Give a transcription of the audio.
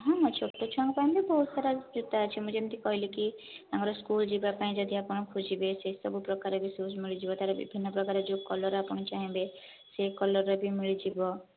ହଁ ଛୋଟ ଛୁଆଙ୍କ ପାଇଁ ବି ବହୁତ ସାରା ଜୋତା ଅଛି ମୁଁ ଯେମିତି କହିଲିକି ଆମର ସ୍କୁଲ ଯିବା ପାଇଁ ଯଦି ଆପଣ ଖୋଜିବେ ସେ ସବୁ ପ୍ରକାର ର ସବୁ ଶୁଜ ମିଳିଯିବ ତା ର ବିଭିନ୍ନ ପ୍ରକାର କଲର ଆପଣ ଯେଉଁ ଚାହିଁବେ ସେହି କଲର ରେ ବି ମିଳିଯିବ